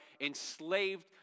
enslaved